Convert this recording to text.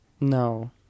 No